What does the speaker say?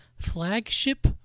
flagship